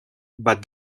but